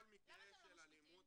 למה אתם לא משביתים?